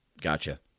Gotcha